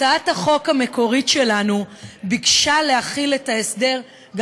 הצעת החוק המקורית שלנו ביקשה להחיל את ההסדר גם